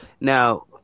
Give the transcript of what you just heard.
now